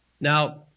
Now